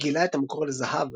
גילה את המקור לזהב